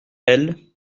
elle